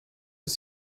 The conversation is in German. ist